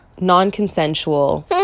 non-consensual